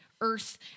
Earth